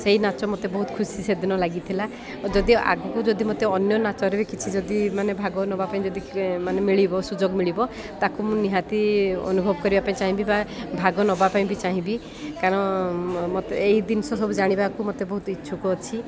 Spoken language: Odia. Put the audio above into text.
ସେଇ ନାଚ ମୋତେ ବହୁତ ଖୁସି ସେଦିନ ଲାଗିଥିଲା ଓ ଯଦି ଆଗକୁ ଯଦି ମୋତେ ଅନ୍ୟ ନାଚରେ ବି କିଛି ଯଦି ମାନେ ଭାଗ ନବା ପାଇଁ ଯଦି ମାନେ ମିଳିବ ସୁଯୋଗ ମିଳିବ ତାକୁ ମୁଁ ନିହାତି ଅନୁଭବ କରିବା ପାଇଁ ଚାହିଁବି ବା ଭାଗ ନବା ପାଇଁ ବି ଚାହିଁବି କାରଣ ମୋତେ ଏହି ଜିନିଷ ସବୁ ଜାଣିବାକୁ ମୋତେ ବହୁତ ଇଚ୍ଛୁକ ଅଛି